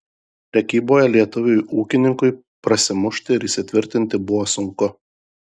prekyboje lietuviui ūkininkui prasimušti ir įsitvirtinti buvo sunku